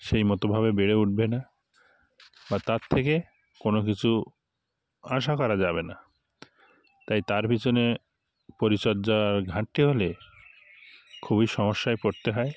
সেই মতোভাবে বেড়ে উঠবে না বা তার থেকে কোনও কিছু আশা করা যাবে না তাই তার পিছনে পরিচর্যার ঘাটতি হলে খুবই সমস্যায় পড়তে হয়